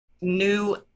new